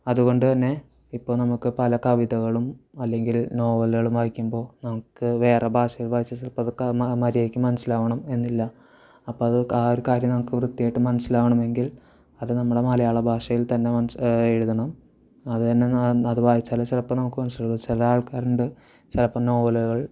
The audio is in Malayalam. അതുകൊണ്ടുതന്നെ ഇപ്പോൾ നമുക്ക് പല കവിതകളും അല്ലെങ്കിൽ നോവലുകളും വായിക്കുമ്പോൾ നമുക്ക് വേറെ ഭാഷയിൽ വായിച്ചാൽ ചിലപ്പോൾ അതൊക്കെ മര്യാദയ്ക്ക് മനസ്സിലാവണം എന്നില്ല അപ്പോൾ അത് ആ ഒരു കാര്യം നമുക്ക് വൃത്തിയായിട്ട് മനസ്സിലാവണമെങ്കിൽ അത് നമ്മളെ മലയാള ഭാഷയിൽ തന്നെ എഴുതണം അതുതന്നെ അത് വായിച്ചാലെ ചിലപ്പോൾ നമുക്ക് മനസ്സിലാവുള്ളു ചില ആൾക്കാരുണ്ട് ചിലപ്പോൾ നോവലുകൾ